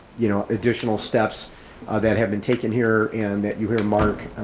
you know additional steps that have been taken here and that you hear mark,